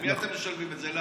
למי אתם משלמים את זה?